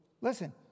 listen